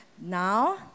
Now